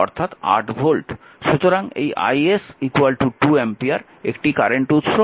সুতরাং এই is 2 ampere একটি কারেন্ট উৎস